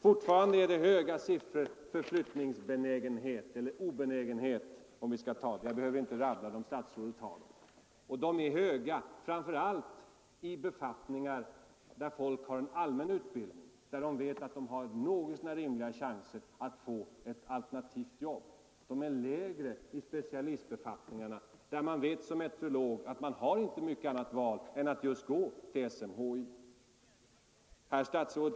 Fortfarande är flyttningsobenägenheten stor, framför allt hos befattningshavare med en allmän utbildning — de vet att de har något så när rimliga chanser att få ett alternativt jobb. Den är lägre i specialistbefattningarna; som meteorolog vet man t.ex. att man inte har något annat val än att gå till SMHI. Herr statsråd!